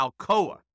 Alcoa